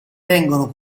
vengono